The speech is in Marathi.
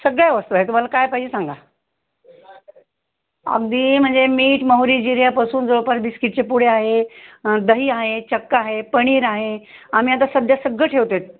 सगळ्या वस्तू आहे तुम्हाला काय पाहिजे सांगा अगदी म्हणजे मीठ मोहरी जिऱ्यापासून जवळपास बिस्किटचे पुडे आहे दही आहे चक्का आहे पनीर आहे आम्ही आता सध्या सगळं ठेवत आहोत